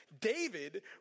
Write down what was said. David